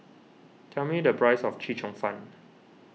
tell me the price of Chee Cheong Fun